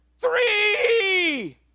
three